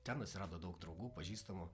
ten atsirado daug draugų pažįstamų